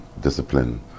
discipline